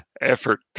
Effort